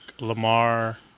Lamar